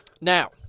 now